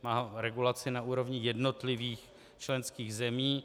Má regulaci na úrovni jednotlivých členských zemí.